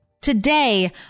today